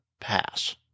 pass